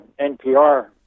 NPR